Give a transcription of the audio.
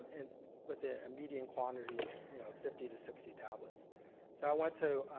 um and with a median quantity of fifty to sixty tablets. so i went to